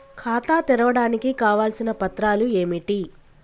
ఖాతా తెరవడానికి కావలసిన పత్రాలు ఏమిటి?